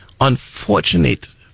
unfortunate